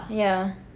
yeah